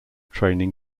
training